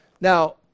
now